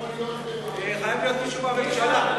חייב להיות מישהו מהממשלה.